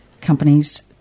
companies